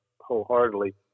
wholeheartedly